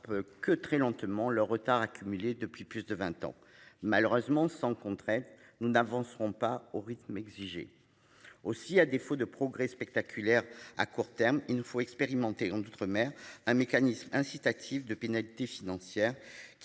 Que très lentement le retard accumulé depuis plus de 20 ans, malheureusement sans. Nous n'avancerons pas au rythme exiger. Aussi, à défaut de progrès spectaculaires à court terme, il ne faut expérimenter d'outre-mer un mécanisme incitatif de pénalités financières